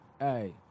Hey